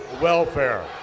welfare